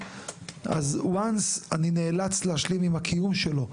אז once אני נאלץ להסכים עם הקיום שלו,